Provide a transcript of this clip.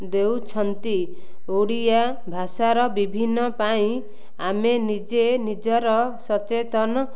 ଦେଉଛନ୍ତି ଓଡ଼ିଆ ଭାଷାର ବିଭିନ୍ନ ପାଇଁ ଆମେ ନିଜେ ନିଜର ସଚେତନ